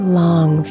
long